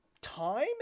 time